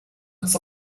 its